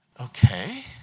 Okay